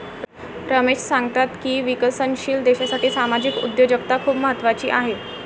रमेश सांगतात की विकसनशील देशासाठी सामाजिक उद्योजकता खूप महत्त्वाची आहे